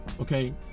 okay